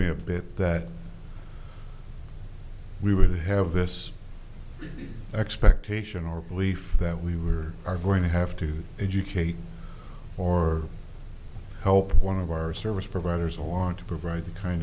me a bit that we would have this expectation or belief that we were are going to have to educate or help one of our service providers or want to provide the kind